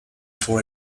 for